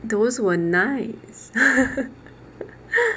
those were nice